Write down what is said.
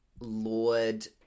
Lord